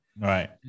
Right